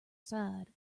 side